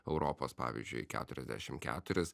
europos pavyzdžiui keturiasdešim keturis